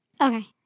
Okay